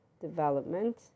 development